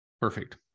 Perfect